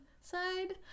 side